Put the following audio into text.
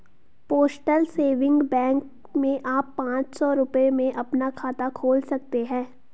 postal saving bank में आप पांच सौ रूपये में अपना खाता खोल सकते हैं